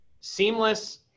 Seamless